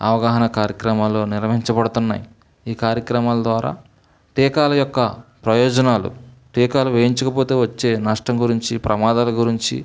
అవగాహన కార్యక్రమాలు నిర్వహించబడుతున్నాయి ఈ కార్యక్రమాల ద్వారా టీకాల యొక్క ప్రయోజనాలు టీకాలు వేయించకపోతే వచ్చే నష్టం గురించి ప్రమాదాల గురించి